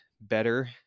better